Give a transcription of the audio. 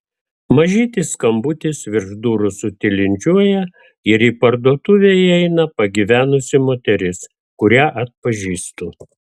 mažytis skambutis virš durų sutilindžiuoja į parduotuvę įeina pagyvenusi moteris kurią atpažįstu